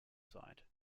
side